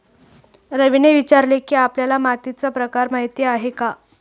रवीने विचारले की, आपल्याला मातीचा प्रकार माहीत आहे का?